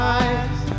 eyes